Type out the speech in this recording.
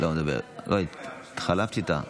התחלפת איתה.